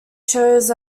shows